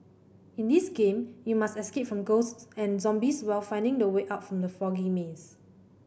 in this game you must escape from ghosts and zombies while finding the way out from the foggy maze